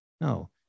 No